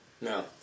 No